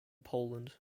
poland